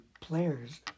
players